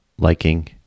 liking